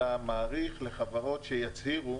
אלא מאריך לחברות שיצהירו